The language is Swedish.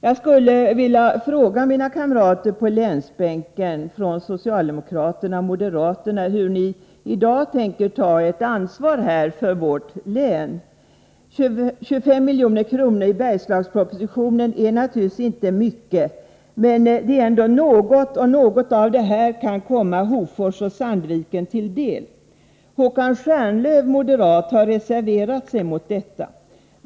Jag skulle vilja fråga mina kamrater på länsbänken från socialdemokraterna och moderaterna hur de i dag tänker ta sitt ansvar för vårt län. 25 miljoner i Bergslagspropositionen är naturligtvis inte mycket, men något av det kan också komma Hofors och Sandviken till del. Håkan Stjernlöf, moderat, har reserverat sig mot det här förslaget.